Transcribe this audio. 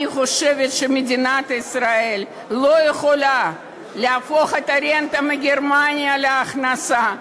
אני חושבת שמדינת ישראל לא יכולה להפוך את הרנטה מגרמניה להכנסה.